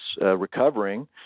recovering